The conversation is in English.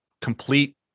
complete